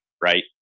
right